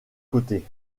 côtés